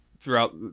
throughout